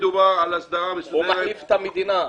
מדובר על הסדרה -- הוא מחליף את המדינה.